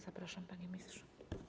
Zapraszam, panie ministrze.